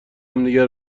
همدیگه